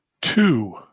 Two